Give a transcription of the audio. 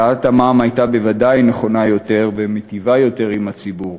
הפחתת המע"מ הייתה בוודאי נכונה יותר ומיטיבה יותר עם הציבור.